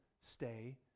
stay